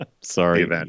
sorry